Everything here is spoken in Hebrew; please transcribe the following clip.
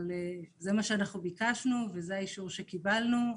אבל זה מה שאנחנו ביקשנו וזה האישור שקיבלנו.